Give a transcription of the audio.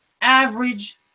average